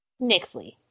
Nixley